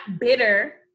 bitter